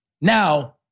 now